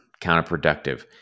counterproductive